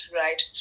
right